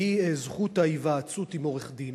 והיא זכות ההיוועצות בעורך-דין.